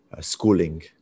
schooling